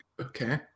okay